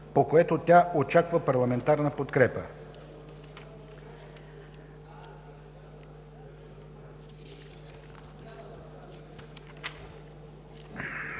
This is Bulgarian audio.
по което тя очаква парламентарна подкрепа.